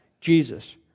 Jesus